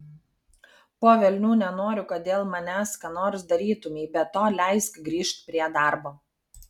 po velnių nenoriu kad dėl manęs ką nors darytumei be to leisk grįžt prie darbo